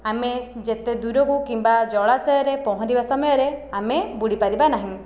ଆମେ ଯେତେ ଦୂରକୁ କିମ୍ବା ଜଳାଶୟରେ ପହଁରିବା ସମୟରେ ଆମେ ବୁଡ଼ି ପାରିବା ନାହିଁ